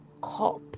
Cop